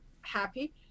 happy